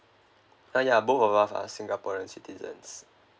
uh ya both of us are singaporean citizens